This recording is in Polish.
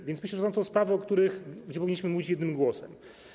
A więc myślę, że są to sprawy, o których powinniśmy mówić jednym głosem.